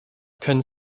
können